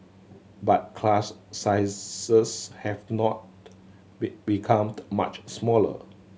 but class sizes have not be become much smaller